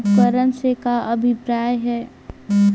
उपकरण से का अभिप्राय हे?